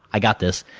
i got this,